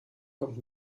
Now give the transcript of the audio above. kommt